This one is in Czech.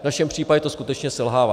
V našem případě to skutečně selhává.